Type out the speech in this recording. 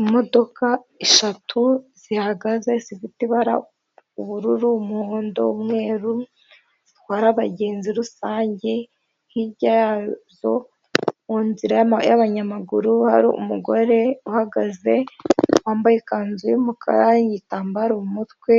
Imodoka eshatu zihagaze zifite ibara ubururu, umuhondo, umweru zitwara abagenzi rusange hirya yazo mu nzira y'abanyamaguru hari umugore uhagaze wambaye ikanzu y'umukara, igitambaro mu mutwe